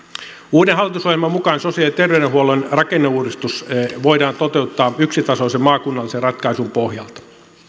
uuden hallitusohjelman mukaan sosiaali ja terveydenhuollon rakenneuudistus voidaan toteuttaa yksitasoisen maakunnallisen ratkaisun pohjalta